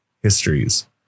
histories